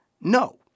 no